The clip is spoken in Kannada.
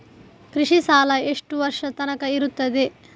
ಕೃಷಿ ಸಾಲ ಎಷ್ಟು ವರ್ಷ ತನಕ ಇರುತ್ತದೆ?